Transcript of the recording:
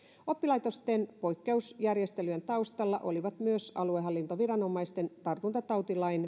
oppilaitosten poikkeusjärjestelyjen taustalla olivat myös aluehallintoviranomaisten tartuntatautilain